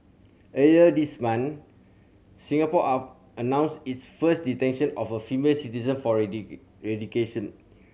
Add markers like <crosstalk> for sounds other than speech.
earlier this month Singapore are announced its first detention of a female citizen for <unintelligible>